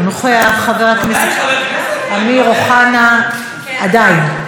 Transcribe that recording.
אינו נוכח, חבר הכנסת יוסי יונה,